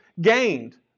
gained